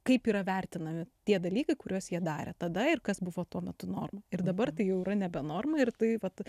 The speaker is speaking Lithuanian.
kaip yra vertinami tie dalykai kuriuos jie darė tada ir kas buvo tuo metu norma ir dabar tai jau yra nebe norma ir tai vat